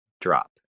drop